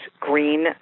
green